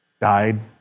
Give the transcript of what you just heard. died